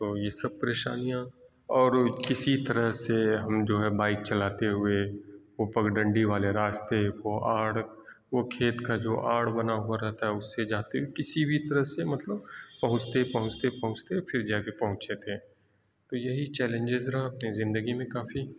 تو یہ سب پریشانیاں اور کسی طرح سے ہم جو ہے بائک چلاتے ہوئے وہ پگ ڈنڈی والے راستے وہ آڑ وہ کھیت کا جو آڑ بنا ہوا رہتا ہے اس سے جاتے کسی بھی طرح سے مطلب پہنچتے پہنچتے پہنچتے پھر جا کے پہنچے تھے تو یہی چیلینجز رہا اپنے زندگی میں کافی